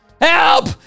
Help